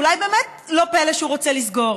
אולי באמת לא פלא שהוא רוצה לסגור.